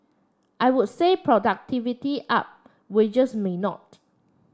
I would say productivity up wages may not